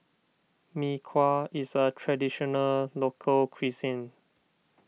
Mee Kuah is a Traditional Local Cuisine